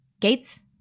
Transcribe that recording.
Gates